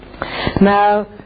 Now